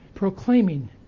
proclaiming